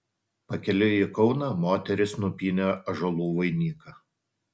pakeliui į kauną moterys nupynė ąžuolų vainiką